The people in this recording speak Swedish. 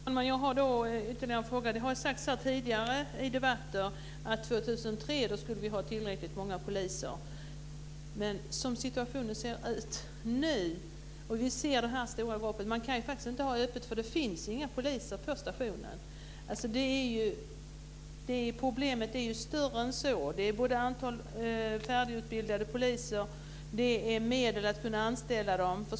Herr talman! Då har jag ytterligare en fråga. Det har sagts tidigare i debatterna att år 2003 skulle vi ha tillräckligt många poliser. Men vi ser ju hur situationen ser ut nu. Vi ser det här stora gapet. Man kan faktiskt inte ha öppet, för det finns inga poliser på stationerna. Problemet är ju större än så. Det gäller både antalet färdigutbildade poliser och medlen för att anställa dem.